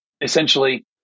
essentially